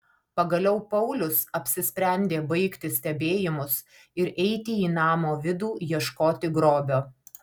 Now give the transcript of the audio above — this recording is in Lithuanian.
pagaliau paulius apsisprendė baigti stebėjimus ir eiti į namo vidų ieškoti grobio